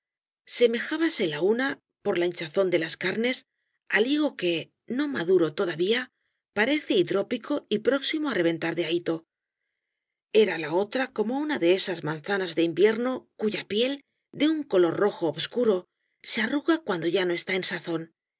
semejábase la una por la hinchazón de las carnes al higo que no maduro todavía parece hidrópico y próximo á reventar de ahito era la otra como una de esas manzanas de invierno cuya piel de un color rojo obscuro se arruga cuando ya no está en sazón